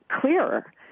clearer